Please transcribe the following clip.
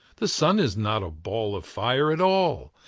the sun is not a ball of fire at all,